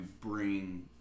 bring